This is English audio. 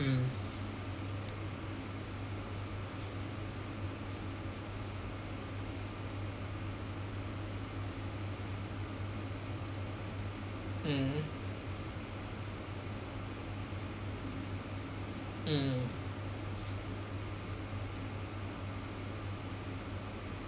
mm mm mm